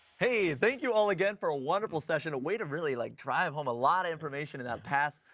hey! thank you all again for a wonderful session. way to really, like, drive home a lot of information in that pass.